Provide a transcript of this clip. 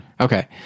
okay